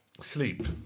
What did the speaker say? sleep